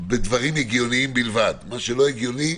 בדברים הגיוניים בלבד מה שלא הגיוני,